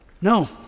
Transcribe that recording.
no